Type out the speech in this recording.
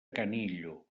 canillo